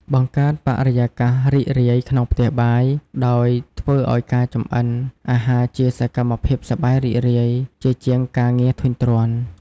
បង្កើតបរិយាកាសរីករាយក្នុងផ្ទះបាយ ដោយធ្វើឱ្យការចម្អិនអាហារជាសកម្មភាពសប្បាយរីករាយ ជាជាងការងារធុញទ្រាន់។